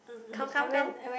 come come come